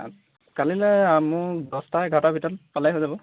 অঁ কালিলৈ মোক দহটা এঘাৰটা ভিতৰত পালে হৈ যাব